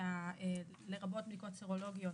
לרבות בדיקות סרולוגיות,